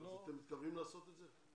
אתם מתכוונים לעשות את זה?